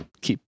keep